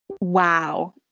Wow